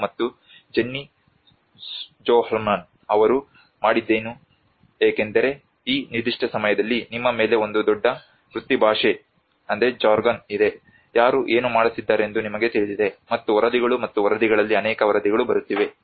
ಮತ್ತು Jenny Sjoholm ಅವರು ಮಾಡಿದ್ದೇನು ಏಕೆಂದರೆ ಈ ನಿರ್ದಿಷ್ಟ ಸಮಯದಲ್ಲಿ ನಿಮ್ಮ ಮೇಲೆ ಒಂದು ದೊಡ್ಡ ವೃತ್ತಿಭಾಷೆ ಇದೆ ಯಾರು ಏನು ಮಾಡುತ್ತಿದ್ದಾರೆಂದು ನಿಮಗೆ ತಿಳಿದಿದೆ ಮತ್ತು ವರದಿಗಳು ಮತ್ತು ವರದಿಗಳಲ್ಲಿ ಅನೇಕ ವರದಿಗಳು ಬರುತ್ತಿವೆ